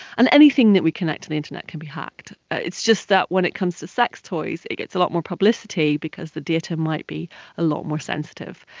and anything that we connect to the internet can be hacked, it's just that when it comes to sex toys it gets a lot more publicity because the data might be a lot more sensitive.